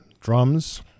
drums